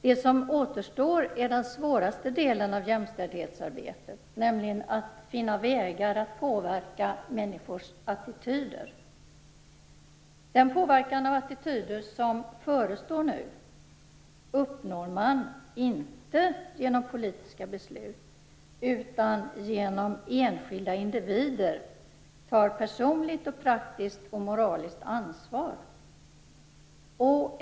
Det som återstår är den svåraste delen av jämställdhetsarbetet, nämligen att finna vägar att påverka människors attityder. Den påverkan av attityder som nu förestår uppnår man inte genom politiska beslut utan genom att enskilda individer tar personligt, praktiskt och moraliskt ansvar.